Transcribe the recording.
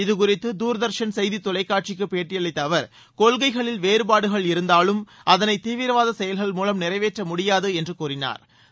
இது குறித்து தூா்தர்ஷன் செய்தி தொலைக்காட்சிக்கு பேட்டியளித்த அவர் கொள்கைகளில் வேறுபாடுகள் இருந்தாலும் அதனை தீவிரவாத செயல்கள் மூலம் நிறைவேற்ற முடியாது என்று கூறினாா்